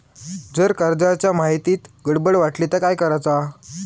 जर कर्जाच्या माहितीत गडबड वाटली तर काय करुचा?